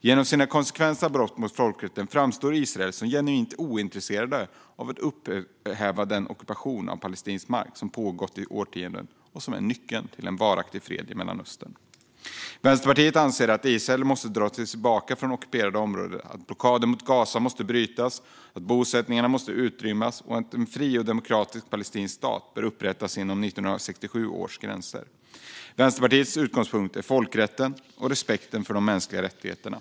Genom sina konsekventa brott mot folkrätten framstår Israel som genuint ointresserat av att upphäva den ockupation av palestinsk mark som pågått i årtionden som är nyckeln till en varaktig fred i Mellanöstern. Vänsterpartiet anser att Israel måste dra sig tillbaka från ockuperat område, att blockaden mot Gaza måste brytas, att bosättningarna måste utrymmas och att en fri och demokratisk palestinsk stat bör upprättas inom 1967 års gränser. Vänsterpartiets utgångspunkt är folkrätten och respekten för de mänskliga rättigheterna.